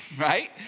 Right